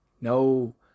No